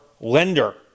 lender